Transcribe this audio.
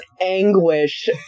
anguish